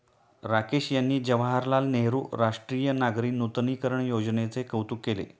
राकेश यांनी जवाहरलाल नेहरू राष्ट्रीय नागरी नूतनीकरण योजनेचे कौतुक केले